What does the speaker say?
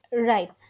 Right